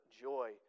joy